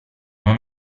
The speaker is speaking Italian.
non